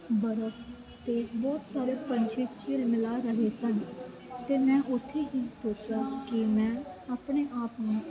ਬਰਫ਼ ਅਤੇ ਬਹੁਤ ਸਾਰੇ ਪੰਛੀ ਝਿਲਮਿਲਾ ਰਹੇ ਸਨ ਅਤੇ ਮੈਂ ਉੱਥੇ ਹੀ ਸੋਚਿਆ ਕਿ ਮੈਂ ਆਪਣੇ ਆਪ ਨੂੰ